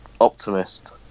optimist